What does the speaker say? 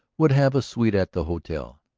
would have a suite at the hotel.